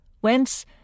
whence